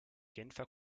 genfer